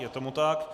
Je tomu tak.